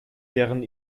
deren